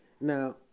now